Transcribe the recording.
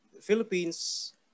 Philippines